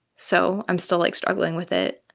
so i'm still, like, struggling with it